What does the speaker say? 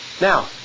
Now